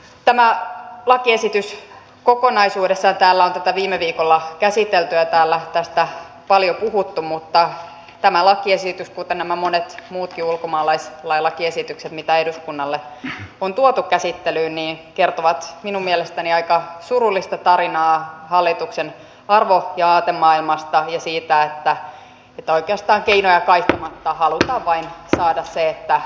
tämä lakiesitys kokonaisuudessaan ja täällä on tätä viime viikolla käsitelty ja täällä on tästä paljon puhuttu kuten nämä monet muutkin ulkomaalaislain lakiesitykset mitä eduskunnalle on tuotu käsittelyyn kertovat minun mielestäni aika surullista tarinaa hallituksen arvo ja aatemaailmasta ja siitä että oikeastaan keinoja kaihtamatta halutaan vain saada se että tämä olisi